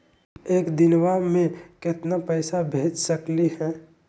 एक दिनवा मे केतना पैसवा भेज सकली हे?